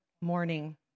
morning